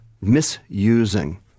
misusing